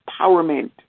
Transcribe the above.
empowerment